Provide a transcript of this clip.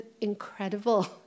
incredible